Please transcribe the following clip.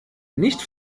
nicht